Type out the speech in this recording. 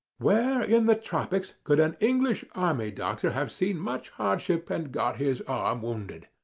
where in the tropics could an english army doctor have seen much hardship and got his arm wounded?